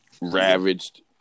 ravaged